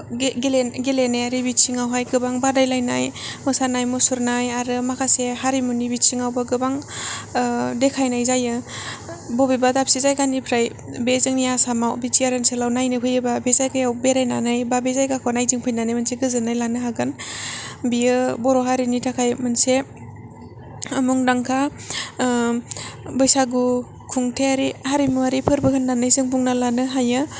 गे गेले गेलेनायारि बिथिङाव गोबां बादायलायनाय मोसानाय मुसुरनाय आरो माखासे हारिमुनि बिथिङावबो गोबां देखायनाय जायो बबेबा दाबसे जायगानिफ्राइ बे जोंनि आसामाव बि थि आर ओनसोलाव नायनो फैयोब्ला बे जायगायाव बेरायनानै बा बे जायगाखौ नायदिं फैनानै मोनसे गोजोन्नाय लानो हागोन बेयो बर' हारिनि थाखाय मोनसे मुंदांखा बैसागु खुंथायारि हारिमुवारि फोरबो होन्ना जों बुंना लानो हायो